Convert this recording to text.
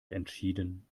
entschieden